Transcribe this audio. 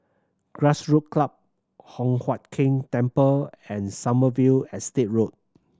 Grassroot Club Hock Huat Keng Temple and Sommerville Estate Road